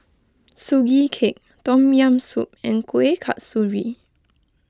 Sugee Cake Tom Yam Soup and Kuih Kasturi